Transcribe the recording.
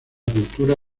cultura